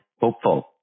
hopeful